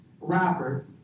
rapper